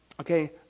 okay